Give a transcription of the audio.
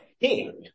king